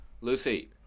Lucy